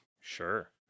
Sure